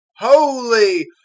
holy